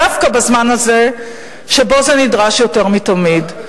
דווקא בזמן הזה שבו זה נדרש יותר מתמיד.